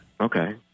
Okay